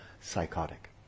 psychotic